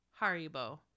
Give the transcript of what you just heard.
Haribo